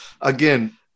Again